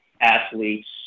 athletes